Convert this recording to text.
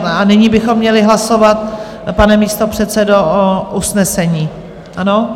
A nyní bychom měli hlasovat, pane místopředsedo, o usnesení, ano?